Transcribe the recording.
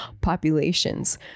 populations